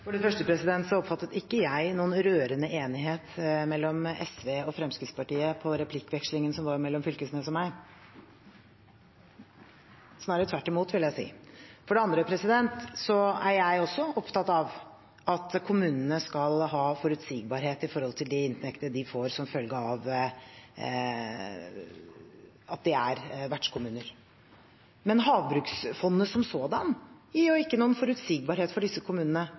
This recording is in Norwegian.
For det første oppfattet ikke jeg noen rørende enighet mellom SV og Fremskrittspartiet i replikkvekslingen som var mellom representanten Knag Fylkesnes og meg – snarere tvert imot, vil jeg si. For det andre er også jeg opptatt av at kommunene skal ha forutsigbarhet for de inntektene de får som følge av at de er vertskommuner. Men Havbruksfondet som sådant gir jo ikke noen forutsigbarhet for disse kommunene,